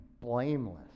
blameless